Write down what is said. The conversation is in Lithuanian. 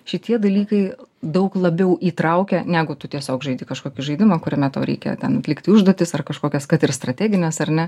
šitie dalykai daug labiau įtraukia negu tu tiesiog žaidi kažkokį žaidimą kuriame tau reikia ten atlikti užduotis ar kažkokias kad ir strategines ar ne